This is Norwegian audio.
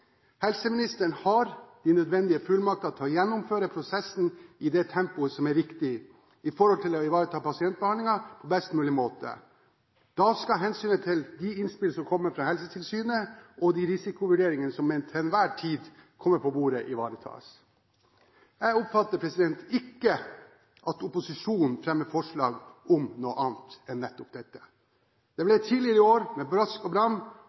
Helseministeren har de nødvendige fullmakter til å gjennomføre prosessen i det tempoet som er riktig med hensyn til å ivareta pasientbehandlingen på best mulig måte. Da skal hensynet til de innspill som kommer fra Helsetilsynet, og de risikovurderingene som til enhver tid kommer på bordet, ivaretas. Jeg oppfatter ikke at opposisjonen fremmer forslag om noe annet enn nettopp dette. Det ble tidligere i år – med brask og bram